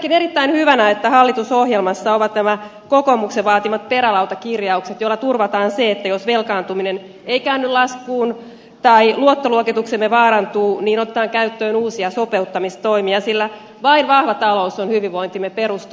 pidänkin erittäin hyvänä että hallitusohjelmassa ovat nämä kokoomuksen vaatimat perälautakirjaukset joilla turvataan se että jos velkaantuminen ei käänny laskuun tai luottoluokituksemme vaarantuu niin otetaan käyttöön uusia sopeuttamistoimia sillä vain vahva talous on hyvinvointimme perusta